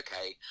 okay